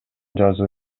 жазуу